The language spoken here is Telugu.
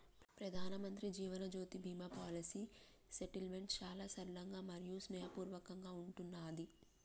ప్రధానమంత్రి జీవన్ జ్యోతి బీమా పాలసీ సెటిల్మెంట్ చాలా సరళంగా మరియు స్నేహపూర్వకంగా ఉంటున్నాది